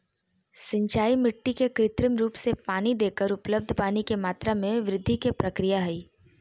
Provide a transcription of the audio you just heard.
सिंचाई मिट्टी के कृत्रिम रूप से पानी देकर उपलब्ध पानी के मात्रा में वृद्धि के प्रक्रिया हई